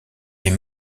est